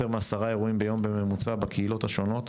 יותר מעשרה אירועים ביום בממוצע בקהילות השונות.